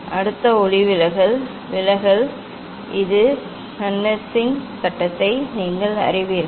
அடுத்த ஒளிவிலகல் விலகல் இந்த ஸ்னெல்லின் சட்டத்தை நீங்கள் அறிவீர்கள்